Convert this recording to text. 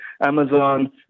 Amazon